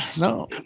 no